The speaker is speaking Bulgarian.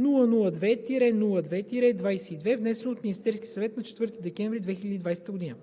002-02-22, внесен от Министерския съвет на 4 декември 2020 г.